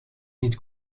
niet